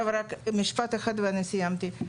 רק משפט אחד ואני סיימתי.